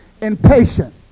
impatient